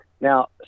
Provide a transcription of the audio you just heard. Now